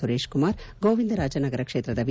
ಸುರೇಶ್ ಕುಮಾರ್ ಗೋವಿಂದರಾಜನಗರ ಕ್ಷೇತ್ರದ ವಿ